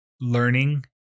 learning